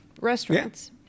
restaurants